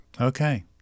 okay